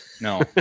No